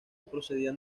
procedían